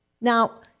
Now